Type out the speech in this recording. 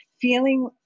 feeling